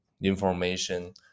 information